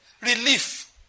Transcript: Relief